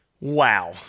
Wow